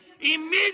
immediately